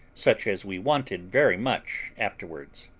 such as we wanted very much afterwards.